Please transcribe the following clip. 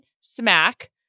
smack